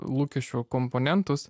lūkesčių komponentus